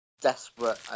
desperate